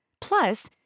Plus